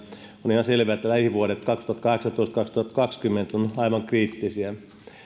on ihan selvää että lähivuodet kaksituhattakahdeksantoista viiva kaksituhattakaksikymmentä ovat aivan kriittisiä